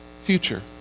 future